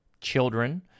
children